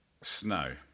Snow